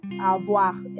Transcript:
avoir